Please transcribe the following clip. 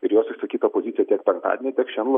ir jos išsakyta pozicija tiek penktadienį tiek šiandien